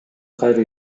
кайра